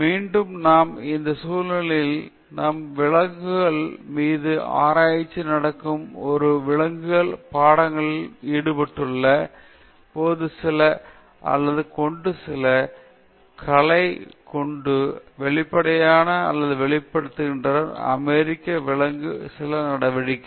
மற்றும் மீண்டும் நாம் இந்த சூழலில் நாம் விலங்குகள் மீது ஆராய்ச்சி நடக்கும் அல்லது விலங்குகள் பாடங்களில் ஈடுபட்டுள்ள போது சில அல்லது கொண்டு சில கவலை கொண்டு வெளிப்படையான அல்லது வெளிப்படுத்தினர் அமெரிக்க விலங்கு நல நடவடிக்கை